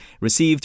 received